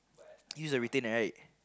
he's a retain right